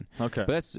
Okay